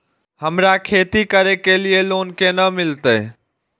हमरा खेती करे के लिए लोन केना मिलते?